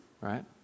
right